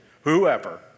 Whoever